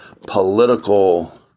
political